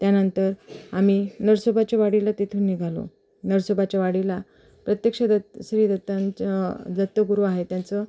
त्यानंतर आम्ही नरसोबाच्या वाडीला तिथून निघालो नरसोबाच्या वाडीला प्रत्यक्ष दत् श्रीदत्तांच्या दत्तगुरू आहेत त्याचं